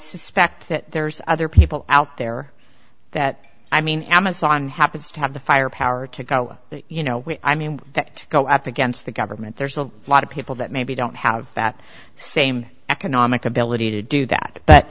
suspect that there's other people out there that i mean amazon happens to have the firepower to go you know i mean that go up against the government there's a lot of people that maybe don't have that same economic ability to do that but